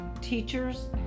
teachers